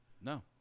No